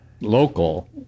local